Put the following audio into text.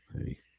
hey